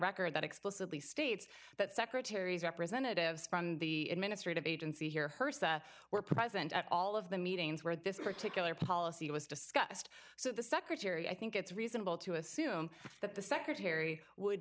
record that explicitly states that secretaries representatives from the administrative agency here hearst that were present at all of the meetings where this particular policy was discussed so the secretary i think it's reasonable to assume that the secretary would